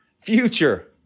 future